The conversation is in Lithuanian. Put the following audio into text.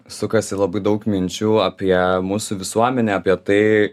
sukasi labai daug minčių apie mūsų visuomenę apie tai